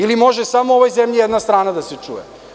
Ili može samo u ovoj zemlji jedna strana da se čuje?